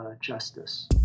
justice